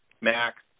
Max